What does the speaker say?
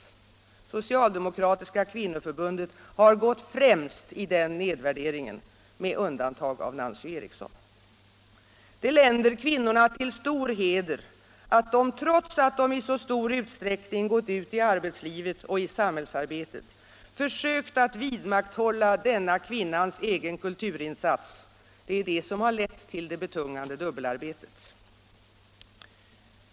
Socialdemokratiska kvinnoförbundet har gått främst i den nedvärderingen. Det länder kvinnorna till stor heder att de, trots att de i så stor utsträckning gått ut i arbetslivet och i samhällsarbetet, försökt att vidmakthålla denna kvinnans egen kulturinsats - det är det som lett till det betungande dubbelarbetet.